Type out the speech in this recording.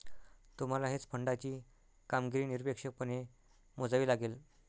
तुम्हाला हेज फंडाची कामगिरी निरपेक्षपणे मोजावी लागेल